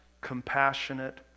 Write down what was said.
compassionate